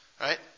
Right